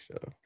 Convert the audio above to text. show